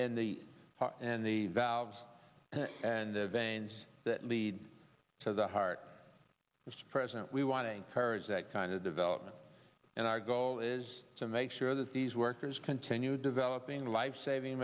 heart and the valves and the veins that lead to the heart of the president we want to encourage that kind of development and our goal is to make sure that these workers continue developing lifesaving